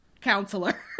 counselor